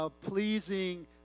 pleasing